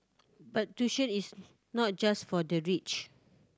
but tuition is not just for the rich